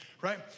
right